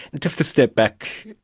just to step back,